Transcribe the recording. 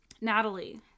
Natalie